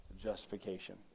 justification